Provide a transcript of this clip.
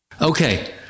Okay